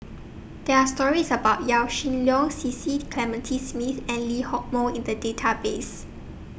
There Are stories about Yaw Shin Leong Cecil Clementi Smith and Lee Hock Moh in The Database